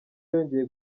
yongeye